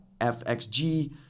FXG